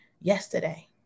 yesterday